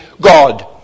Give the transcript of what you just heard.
God